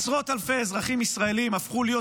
עשרות אלפי אזרחים ישראלים הפכו להיות